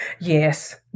Yes